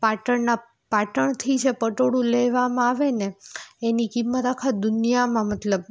પાટણનાં પાટણથી જે પટોળું લેવામાં આવે ને એની કિંમત આખા દુનિયામાં મતલબ